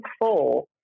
four